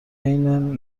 بین